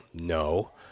No